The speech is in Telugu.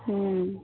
హ